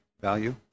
value